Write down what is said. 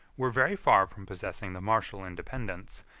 were very far from possessing the martial independence,